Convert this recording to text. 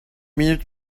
minutes